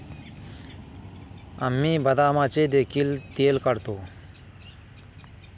आम्ही बदामाचे देखील तेल काढतो